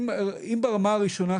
אם ברמה הראשונה,